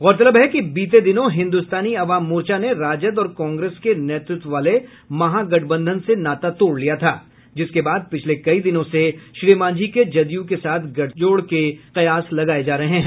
गौरतलब है कि बीते दिनों हिन्दुस्तानी अवाम मोर्चा ने राजद और कांग्रेस के नेतृत्व वाले महागठबंधन से नाता तोड़ लिया था जिसके बाद पिछले कई दिनों से श्री मांझी के जदयू के साथ गठजोड़ के कयास लगाये जा रहे हैं